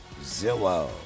Zillow